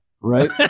right